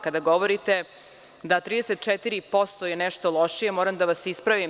Kada govorite da je 34% nešto lošije, moram da vas ispravim.